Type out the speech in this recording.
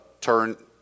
turn